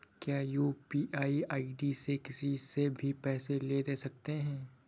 क्या UPI ID से किसी से भी पैसे ले दे सकते हैं?